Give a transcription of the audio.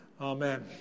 Amen